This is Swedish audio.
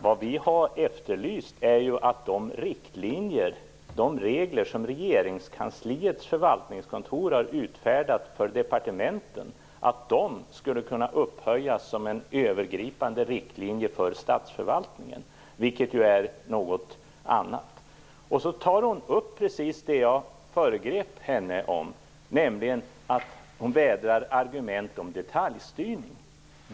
Det vi har efterlyst är att de regler som Regeringskansliets förvaltningskontor har utfärdat för departementen skulle kunna upphöjas till en övergripande riktlinje för statsförvaltningen, vilket ju är något annat. Sedan tar hon upp precis det jag föregrep henne med. Hon vädrar argument om detaljstyrning.